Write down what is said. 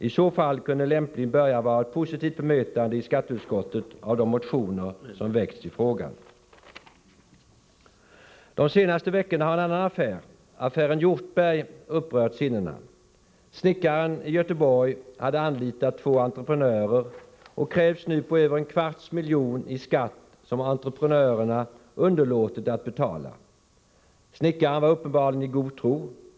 I så fall kunde en lämplig början vara ett positivt bemötande i skatteutskottet av de motioner som har väckts i frågan. De senaste veckorna har affären Hjortberg upprört sinnena. Snickaren i Göteborg hade anlitat två entreprenörer och krävs nu på över en kvarts miljon i skatt, som entreprenörerna underlåtit att betala. Snickaren var uppenbarligen i god tro.